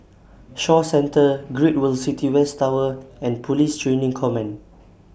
Shaw Centre Great World City West Tower and Police Training Command